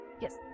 Yes